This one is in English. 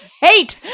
hate